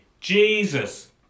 Jesus